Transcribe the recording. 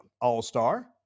all-star